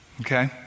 Okay